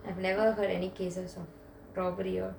I have never heard any cases of robbery or